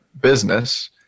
business